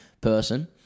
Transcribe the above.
person